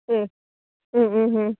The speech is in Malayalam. മ് ഉം